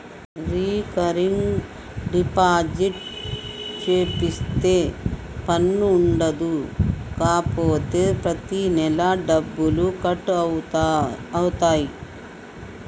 recurring deposit సేపిత్తే పన్ను ఉండదు కాపోతే ప్రతి నెలా డబ్బులు కట్ అవుతాయి